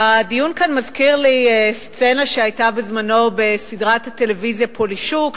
הדיון כאן מזכיר לי סצנה שהיתה בזמנו בסדרת הטלוויזיה "פולישוק",